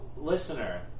listener